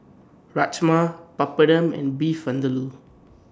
Rajma Papadum and Beef Vindaloo